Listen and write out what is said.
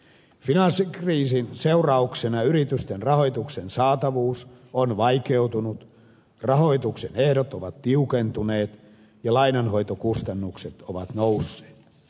finanssikriisin seurauksena yritysten rahoituksen saatavuus on vaikeutunut rahoituksen ehdot ovat tiukentuneet ja lainanhoitokustannukset ovat nousseet